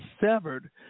severed